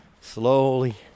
slowly